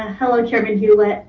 hello, kevin hewlett.